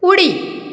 उडी